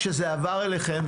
כשזה עבר אליכם,